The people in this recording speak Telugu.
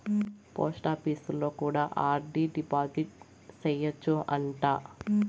పోస్టాపీసులో కూడా ఆర్.డి డిపాజిట్ సేయచ్చు అంట